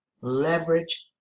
leverage